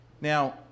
Now